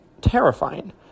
terrifying